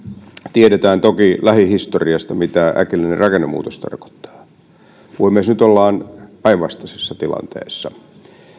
tiedetään toki lähihistoriasta mitä äkillinen rakennemuutos tarkoittaa puhemies nyt ollaan päinvastaisessa tilanteessa